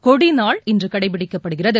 கொடிநாள் இன்றுகடைபிடிக்கப்படுகிறது